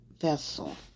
vessel